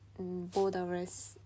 Borderless